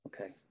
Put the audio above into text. Okay